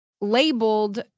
labeled